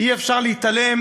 אי-אפשר להתעלם